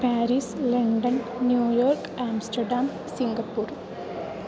Paris London New York Amsterdam Singapore